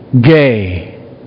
gay